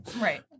Right